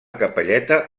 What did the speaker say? capelleta